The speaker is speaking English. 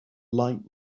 light